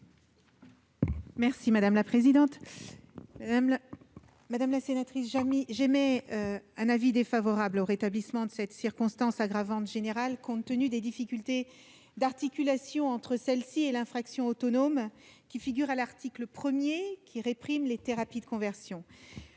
l'avis du Gouvernement ? Madame la sénatrice, je suis défavorable au rétablissement de cette circonstance aggravante générale, compte tenu des difficultés d'articulation entre celle-ci et l'infraction autonome de l'article 1, qui réprime les thérapies de conversion.